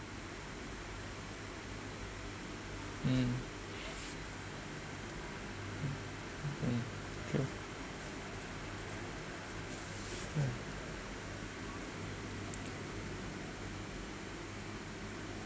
hmm hmm true hmm